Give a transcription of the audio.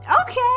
okay